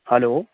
hello